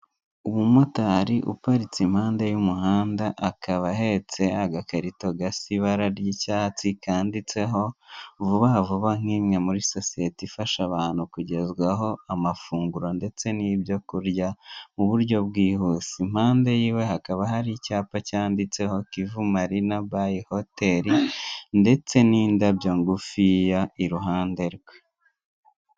Umu motari uparitse impande y'umuhanda, akaba ahetse agakarito gasa ibara ry'icyatsi kanditseho, vuba vuba nk'imwe muri sosiyete ifasha abantu kugezwaho amafunguro ndetse n'ibyo kurya mu buryo bwihuse. Impande yiwe hakaba hari icyapa cyanditseho kivu marina bayi hoteri, ndetse n'indabyo ngufiya iruhande rwe.